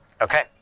Okay